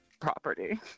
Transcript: Property